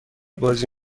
بازی